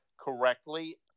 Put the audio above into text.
correctly